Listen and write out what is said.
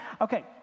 Okay